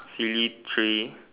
silly three